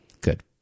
good